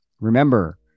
Remember